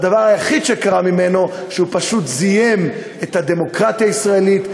והדבר היחיד שקרה ממנו שהוא פשוט זיהם את הדמוקרטיה הישראלית,